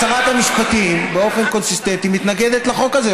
שרת המשפטים באופן קונסיסטנטי מתנגדת לחוק הזה.